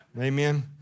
Amen